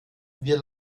wir